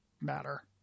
matter